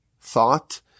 thought